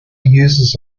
users